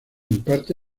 imparte